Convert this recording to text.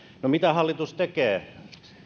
no mitä hallitus tekee